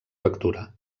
lectura